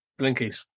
Blinkies